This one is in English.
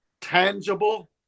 tangible